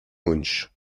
münch